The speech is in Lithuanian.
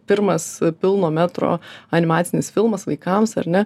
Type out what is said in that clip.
pirmas pilno metro animacinis filmas vaikams ar ne